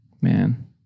Man